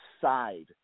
side